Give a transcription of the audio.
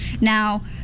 now